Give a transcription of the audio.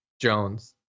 Jones